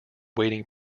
waiting